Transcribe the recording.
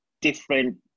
different